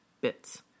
bits